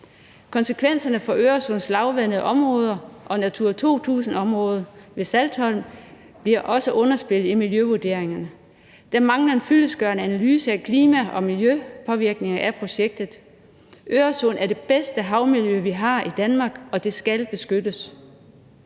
Konsekvenserne for Øresunds lavvandede områder og Natura 2000-området ved Saltholm bliver også underspillet i miljøvurderingerne. Der mangler en fyldestgørende analyse af klima- og miljøpåvirkningen ved projektet. Øresund er det bedste havmiljø, vi har i Danmark, og det skal beskyttes.